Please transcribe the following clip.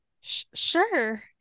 Sure